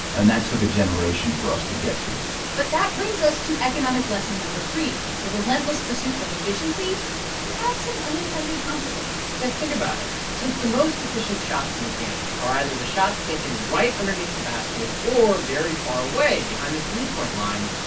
and that took a generation for us to get to but that brings us to economic lesson no. three, the relentless pursuit of efficiency can have some unintended consequences yeah. think about it. since the most efficient shots in the game are either the shots taken right underneath the basket or very far away behind the three point line,